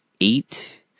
eight